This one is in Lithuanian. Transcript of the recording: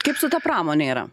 kaip su ta pramonė yra